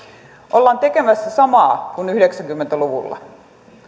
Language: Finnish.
ollaan tekemässä samaa kuin yhdeksänkymmentä luvulla